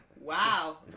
Wow